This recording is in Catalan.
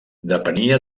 depenia